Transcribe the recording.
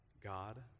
God